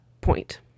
point